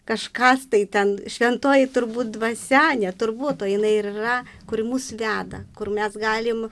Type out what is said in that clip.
kažkas tai ten šventoji turbūt dvasia ne turbūt o jinai ir yra kuri mus veda kur mes galim